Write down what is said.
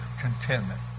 contentment